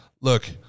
look